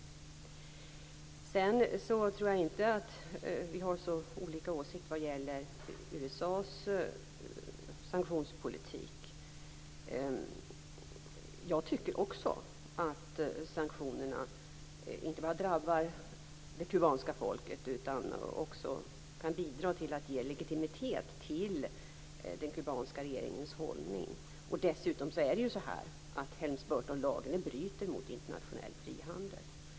Jag tror inte att vi har så olika åsikt om USA:s sanktionspolitik. Jag tycker också att sanktionerna inte bara drabbar det kubanska folket utan också kan bidra till att ge legitimitet till den kubanska regeringens hållning. Dessutom bryter Helms-Burton-lagen mot internationell frihandel.